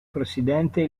presidente